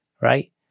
Right